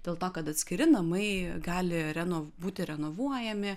dėl to kad atskiri namai gali reno būti renovuojami